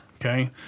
Okay